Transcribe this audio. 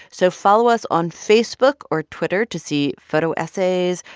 so follow us on facebook or twitter to see photo essays,